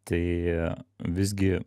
tai visgi